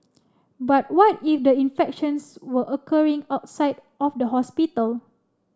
but what if the infections were occurring outside of the hospital